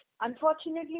unfortunately